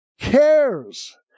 cares